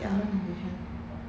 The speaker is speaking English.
I don't know if I have